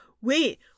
Wait